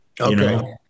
Okay